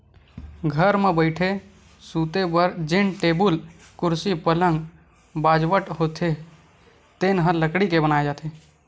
घर म बइठे, सूते बर जेन टेबुल, कुरसी, पलंग, बाजवट होथे तेन ह लकड़ी के बनाए जाथे